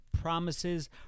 Promises